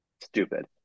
stupid